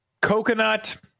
coconut